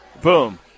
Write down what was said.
Boom